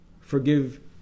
forgive